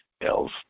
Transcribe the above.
else